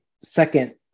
second